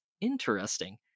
Interesting